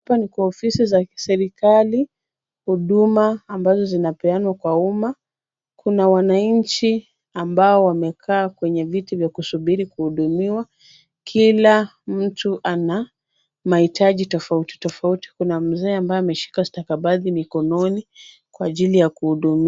Hapa ni kwa ofisi za serikali. Huduma ambazo zinapeanwa kwa umma, kuna wananchi ambao wamekaa kwenye viti vya kusubiri kuhudumiwa. Kila mtu ana mahitaji tofauti tofauti. Kuna mzee ambaye ameshika stakabadhi mikononi kwa ajii ya kuhudumiwa.